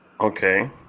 okay